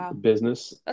business